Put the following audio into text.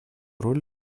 роль